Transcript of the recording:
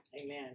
Amen